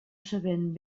sabent